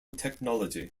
technology